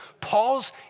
Paul's